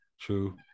true